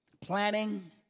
Planning